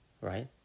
right